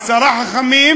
עשרה חכמים